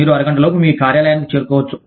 మీరు అరగంటలోపు మీ కార్యాలయానికి చేరుకోవచ్చు